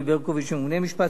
ממונה משפט ציבורי,